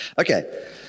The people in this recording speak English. Okay